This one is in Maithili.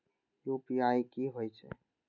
यू.पी.आई की होई छै?